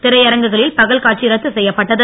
திரையரங்குகளில் பகல் காட்சி ரத்து செய்யப்பட்டது